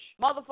motherfucker